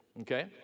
okay